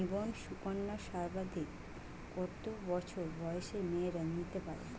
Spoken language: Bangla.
জীবন সুকন্যা সর্বাধিক কত বছর বয়সের মেয়েরা নিতে পারে?